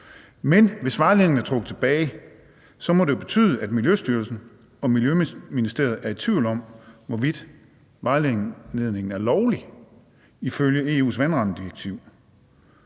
Men hvis vejledningen er trukket tilbage, må det jo betyde, at Miljøstyrelsen og Miljøministeriet er i tvivl om, hvorvidt vejledningen er lovlig ifølge EU's vandrammedirektiv.